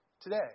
today